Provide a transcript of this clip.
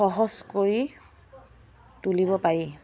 সহজ কৰি তুলিব পাৰি